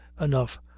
Enough